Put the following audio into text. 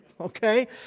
okay